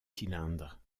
cylindres